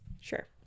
Sure